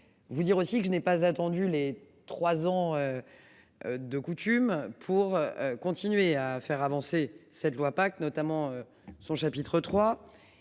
Vous dire aussi que je n'ai pas attendu les trois ans. De coutume pour continuer à faire avancer cette loi notamment son chapitre 3